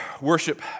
worship